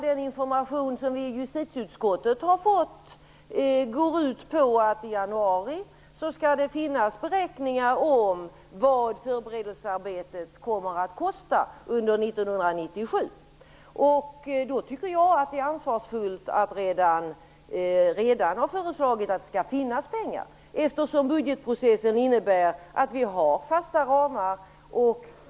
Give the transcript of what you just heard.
Den information som justitieutskottet har fått går ut på att det i januari skall finnas beräkningar om vad förberedelsearbetet kommer att kosta under 1997. Då tycker jag att det är ansvarsfullt att redan ha föreslagit att det skall finnas pengar. Budgetprocessen innebär ju att vi har fasta ramar.